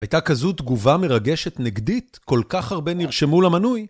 הייתה כזו תגובה מרגשת נגדית, כל כך הרבה נרשמו למנוי.